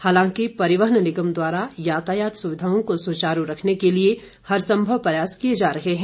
हालांकि परिवहन निगम द्वारा यातायात सुविधाओं को सुचारू रखने के लिए हर संभव प्रयास किए जा रहे हैं